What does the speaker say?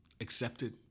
Accepted